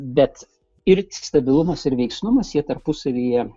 bet ir stabilumas ir veiksnumas jie tarpusavyje